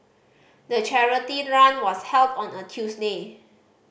the charity run was held on a Tuesday